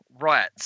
right